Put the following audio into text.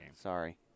Sorry